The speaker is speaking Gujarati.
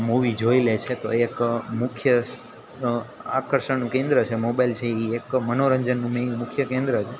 મૂવી જોઈ લે છે તો એક મુખ્ય આકર્ષણ કેન્દ્ર છે મોબાઈલ છે એ એક મનોરંજનની મુખ્ય કેન્દ્ર છે